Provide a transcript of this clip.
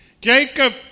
Jacob